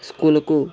school కు